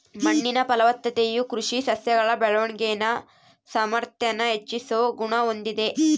ಮಣ್ಣಿನ ಫಲವತ್ತತೆಯು ಕೃಷಿ ಸಸ್ಯಗಳ ಬೆಳವಣಿಗೆನ ಸಾಮಾರ್ಥ್ಯಾನ ಹೆಚ್ಚಿಸೋ ಗುಣ ಹೊಂದಿದೆ